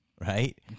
right